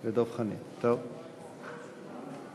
בבקשה, חבר הכנסת